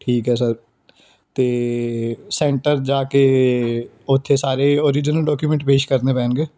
ਠੀਕ ਹੈ ਸਰ ਅਤੇ ਸੈਂਟਰ ਜਾ ਕੇ ਉੱਥੇ ਸਾਰੇ ਓਰੀਜਨਲ ਡਾਕਯੂਮੈਂਟ ਪੇਸ਼ ਕਰਨੇ ਪੈਣਗੇ